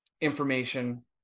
information